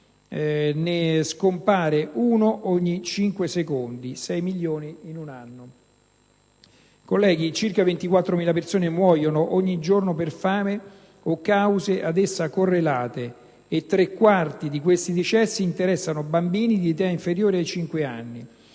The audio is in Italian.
Ne scompare uno ogni cinque secondi. Sei milioni in un anno». Colleghi, circa 24.000 persone muoiono ogni giorno per fame o cause ad essa correlate e tre quarti di questi decessi interessano bambini di età inferiore ai cinque